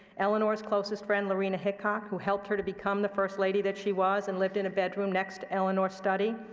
eleanor's closest friend, lorena hickok, who helped her to become the first lady that she was, and lived in a bedroom next to eleanor's study,